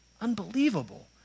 unbelievable